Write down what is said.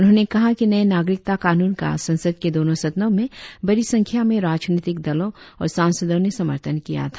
उन्होंने कहा कि नए नागरिकता कानून का संसद के दोनों सदनों में बड़ी संख्या में राजनीतिक दलों और सांसदों ने समर्थन किया था